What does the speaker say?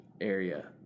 area